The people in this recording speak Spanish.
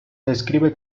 describe